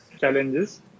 challenges